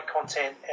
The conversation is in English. content